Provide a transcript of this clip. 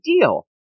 deal